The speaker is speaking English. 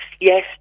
yes